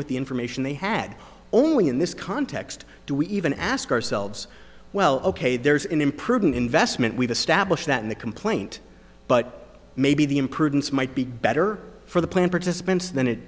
with the information they had only in this context to even ask ourselves well ok there's an improved an investment we've established that in the complaint but maybe the imprudence might be better for the plan participants than it